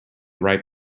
ripe